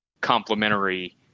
complementary